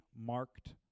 marked